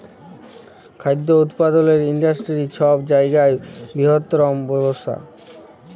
খাদ্য উৎপাদলের ইন্ডাস্টিরি ছব জায়গার বিরহত্তম ব্যবসা